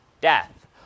death